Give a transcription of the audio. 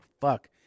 Fuck